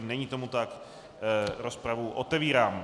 Není tomu tak, rozpravu otevírám.